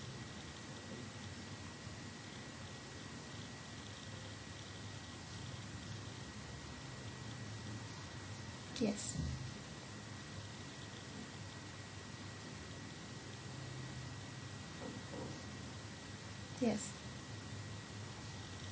yes yes